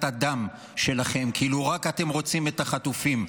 הדם שלכם כאילו רק אתם רוצים את החטופים.